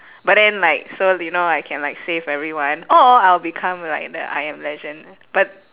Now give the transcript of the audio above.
but then like so you know I can like save everyone or I will become like the I am legend but